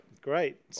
great